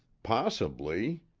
possibly.